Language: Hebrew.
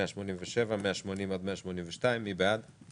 187, 180, 182, מי בעד?